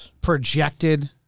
projected